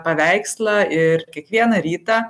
paveikslą ir kiekvieną rytą